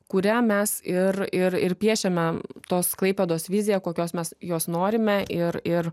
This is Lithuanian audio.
kurią mes ir ir ir piešiame tos klaipėdos viziją kokios mes jos norime ir ir